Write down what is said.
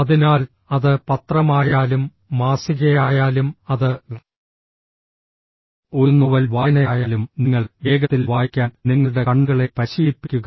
അതിനാൽ അത് പത്രമായാലും മാസികയായാലും അത് ഒരു നോവൽ വായനയായാലും നിങ്ങൾ വേഗത്തിൽ വായിക്കാൻ നിങ്ങളുടെ കണ്ണുകളെ പരിശീലിപ്പിക്കുക